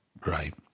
Great